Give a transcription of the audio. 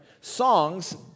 songs